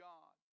God